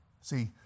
See